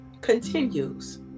Continues